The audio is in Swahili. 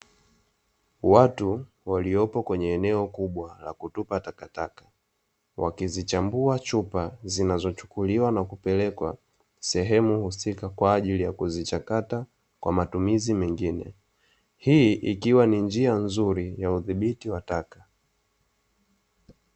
Watu waliopo kwenye eneo kubwa la kutupa takataka wakizichambua chupa zinazochukuliwa na kupelekwa sehemu husika kwa ajili ya kuzichakata. Hii ikiwa ni njia nzuri ya udhibiti wa taka.